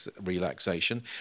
relaxation